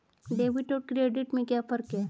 Debit और credit में क्या फर्क है?